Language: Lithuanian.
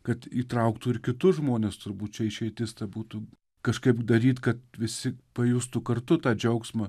kad įtrauktų ir kitus žmones turbūt čia išeitis ta būtų kažkaip daryt kad visi pajustų kartu tą džiaugsmą